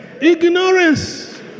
Ignorance